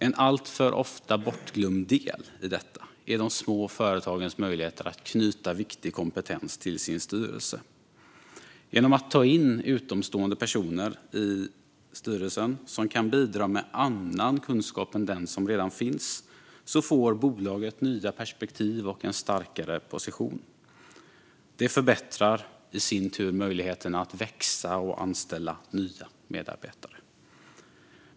En alltför ofta bortglömd del i detta är de små företagens möjligheter att knyta viktig kompetens till sin styrelse. Genom att ta in utomstående personer i styrelsen - personer som kan bidra med annan kunskap än den som redan finns - får bolaget nya perspektiv och en starkare position. Det förbättrar i sin tur möjligheterna att växa och anställa nya medarbetare.